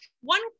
one